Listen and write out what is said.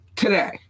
today